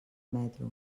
metro